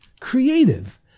creative